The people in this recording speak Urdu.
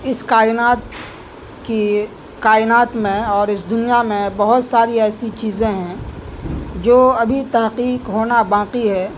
اس کائنات کے کائنات میں اور اس دنیا میں بہت ساری ایسی چیزیں ہیں جو ابھی تحقیق ہونا باقی ہے